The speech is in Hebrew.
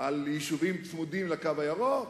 על יישובים צמודים ל"קו הירוק".